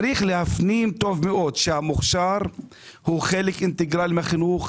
צריך להפנים טוב מאוד שהמוכשר הוא חלק אינטגרלי מהחינוך,